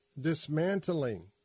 dismantling